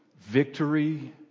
Victory